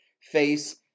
face